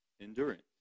endurance